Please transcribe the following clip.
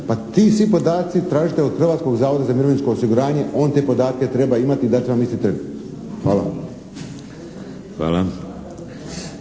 Pa ti svi podaci, tražite od Hrvatskog zavoda za mirovinsko osiguranje, on te podatke treba imati i dat će vam isti tren. Hvala.